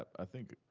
i think.